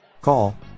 call